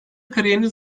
kariyeriniz